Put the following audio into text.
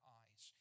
eyes